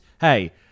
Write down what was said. Hey